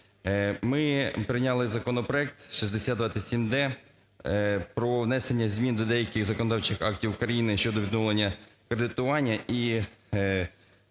Ми прийняли законопроект 6027-д про внесення змін до деяких законодавчих актів України щодо відновлення кредитування